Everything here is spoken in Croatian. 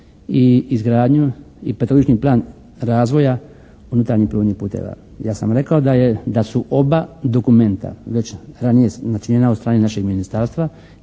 i izgradnju i petogodišnji plan razvoja unutarnjih plovnih puteva. Ja sam rekao da su oba dokumenta već ranije načinjena od strane našeg ministarstva